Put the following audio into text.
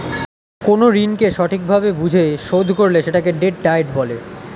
কোন ঋণকে সঠিক ভাবে বুঝে শোধ করলে সেটাকে ডেট ডায়েট বলে